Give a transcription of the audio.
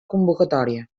convocatòria